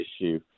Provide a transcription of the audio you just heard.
issue